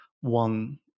one